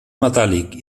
metàl·lic